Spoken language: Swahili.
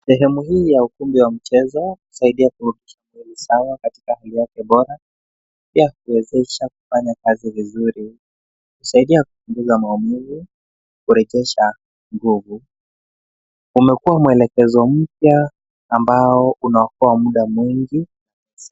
Sehemu hii ya ukumbi wa mchezo husaidia kuwa sawa katika hilake bora. Pia huwezasha kufanya kazi vizuri, husaidia kupunguza maumivu, kurejesha nguvu. Umekuwa mwelekezo mpaya ambao unaokoa muda mwingi.